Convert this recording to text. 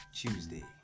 tuesday